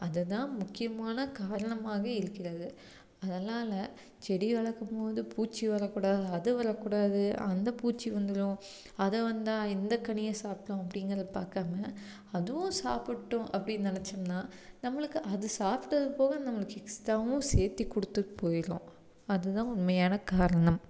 அதுதான் முக்கியமான காரணமாக இருக்கிறது அதனால் செடி வளர்க்கும் போது பூச்சி வரக்கூடாது அது வரக்கூடாது அந்த பூச்சி வந்துடும் அது வந்தால் இந்த கனியை சாப்பிட்ரும் அப்படிங்கிறத பார்க்காம அதுவும் சாப்பிட்டும் அப்படின்னு நினச்சம்ன்னா நம்மளுக்கு அது சாப்பிட்டது போக நம்மளுக்கு எக்ஸ்ட்ராகவும் சேர்த்தி கொடுத்துட் போயிடும் அதுதான் உண்மையான காரணம்